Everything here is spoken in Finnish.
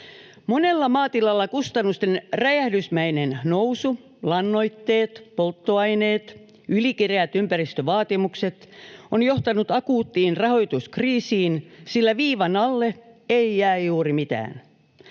Monella maatilalla kustannusten räjähdysmäinen kasvu — lannoitteet, polttoaineet, ylikireät ympäristövaatimukset — on johtanut akuuttiin rahoituskriisiin, sillä viivan alle ei jää juuri mitään.